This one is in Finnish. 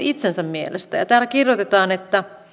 itsensä mielestä täällä kirjoitetaan